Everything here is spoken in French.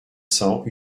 cents